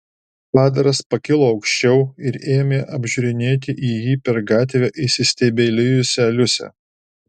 padaras pakilo aukščiau ir ėmė apžiūrinėti į jį per gatvę įsistebeilijusią liusę